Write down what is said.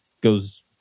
goes